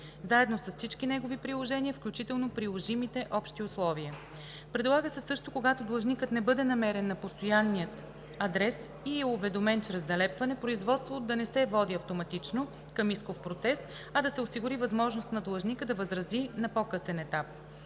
заедно с всички негови приложения, включително приложимите общи условия. Предлага се също, когато длъжникът не бъде намерен на постоянния адрес и е уведомен чрез залепване, производството да не води автоматично към исков процес, а да се осигури възможност на длъжника да възрази на по-късен етап.